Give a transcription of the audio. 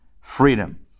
freedom